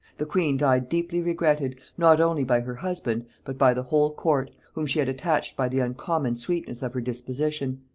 the queen died deeply regretted, not only by her husband, but by the whole court, whom she had attached by the uncommon sweetness of her disposition.